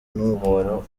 n’ubu